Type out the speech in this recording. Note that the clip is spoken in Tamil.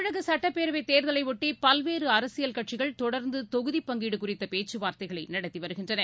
தமிழக சட்டப்பேரவைத் தேர்தலையொட்டி பல்வேறு அரசியல் கட்சிகள் தொடர்ந்து தொகுதி பங்கீடு குறித்த பேச்சுவார்த்தைகள் நடத்தி வருகின்றன